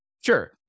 Sure